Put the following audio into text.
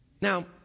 Now